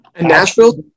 Nashville